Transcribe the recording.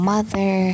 Mother